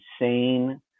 insane